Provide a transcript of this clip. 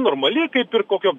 normali kaip ir kokio